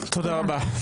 תודה רבה.